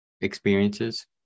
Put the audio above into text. experiences